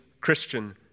Christian